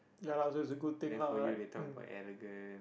the for you they talk about arrogant